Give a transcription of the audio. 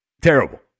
terrible